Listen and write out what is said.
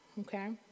okay